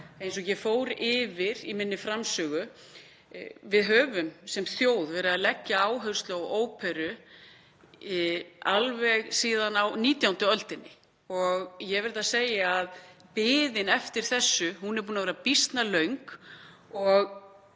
eins og ég fór yfir í minni framsögu, að við höfum sem þjóð verið að leggja áherslu á óperu alveg síðan á 19. öldinni. Ég verð að segja að biðin eftir þessu er búin að vera býsna löng og